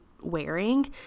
wearing